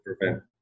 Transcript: prevent